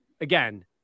again